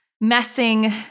messing